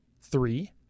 three